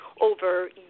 over